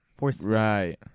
Right